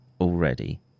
already